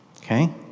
Okay